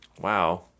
wow